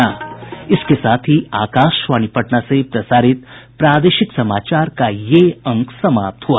इसके साथ ही आकाशवाणी पटना से प्रसारित प्रादेशिक समाचार का ये अंक समाप्त हुआ